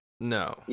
no